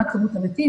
מה כמות המתים,